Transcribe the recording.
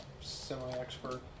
semi-expert